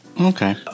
Okay